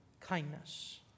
kindness